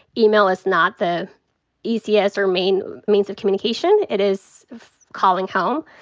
you know, it's not the easiest or main means of communication. it is calling home.